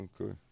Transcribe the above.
Okay